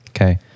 Okay